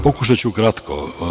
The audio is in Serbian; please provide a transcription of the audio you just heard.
Pokušaću kratko.